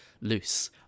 loose